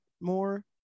more